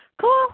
Cool